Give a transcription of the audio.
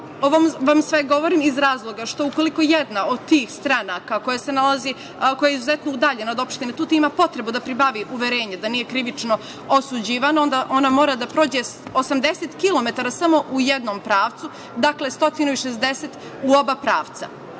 sve vam ovo govorim iz razloga što ukoliko jedna od tih stranaka koja je izuzetno udaljena od opštine Tutin ima potvrdu da pribavi uverenje da nije krivično osuđivana, onda ona mora da prođe 80 km samo u jednom pravcu, dakle 160 km u oba pravca.